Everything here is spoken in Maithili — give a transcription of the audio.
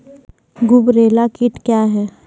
गुबरैला कीट क्या हैं?